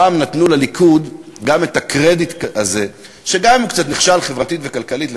פעם נתנו לליכוד גם את הקרדיט הזה שגם אם הוא קצת נכשל חברתית וכלכלית,